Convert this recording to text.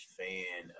fan